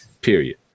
Period